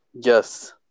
Yes